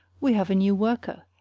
we have a new worker,